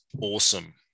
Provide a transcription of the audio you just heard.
awesome